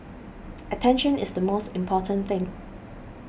attention is the most important thing